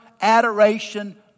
adoration